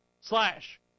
slash